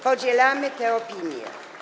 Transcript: Podzielamy tę opinię.